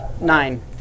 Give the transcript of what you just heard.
Nine